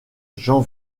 jean